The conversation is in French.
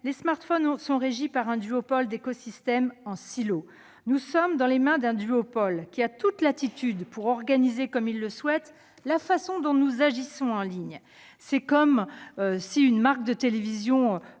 les smartphones sont régis par un duopole d'écosystèmes en silos : nous sommes dans les mains d'un duopole qui a toute latitude pour organiser comme il le souhaite la façon dont nous agissons en ligne. C'est comme si une entreprise